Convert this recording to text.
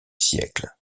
siècles